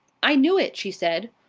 i knew it! she said.